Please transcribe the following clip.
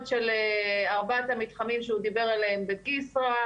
של ארבעת המתחמים שהוא דיבר עליהם בכסרא,